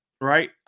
Right